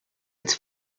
its